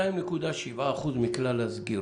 2.7% מכלל הסגירות.